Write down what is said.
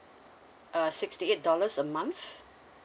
uh sixty eight dollars a month